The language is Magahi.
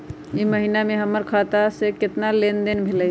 ई महीना में हमर खाता से केतना लेनदेन भेलइ?